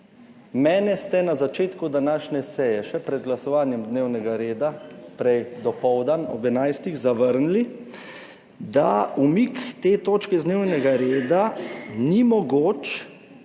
Mene ste na začetku današnje seje še pred glasovanjem dnevnega reda, prej dopoldan ob enajstih zavrnili, da umik te točke z dnevnega reda ni mogoč